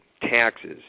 taxes